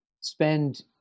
spend